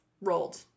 rolled